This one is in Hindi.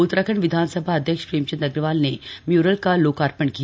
उत्तराखंड विधानसभा अध्यक्ष प्रेम चंद अग्रवाल ने म्यूरल का लोकार्पण किया